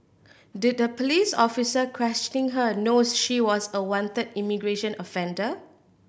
did the police officer questioning her knows she was a wanted immigration offender